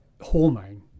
hormone